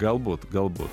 galbūt galbūt